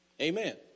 Amen